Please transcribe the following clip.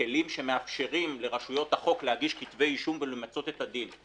כלים שמאפשרים לרשויות החוק להגיש כתבי אישום ולמצות את הדין.